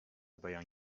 بیان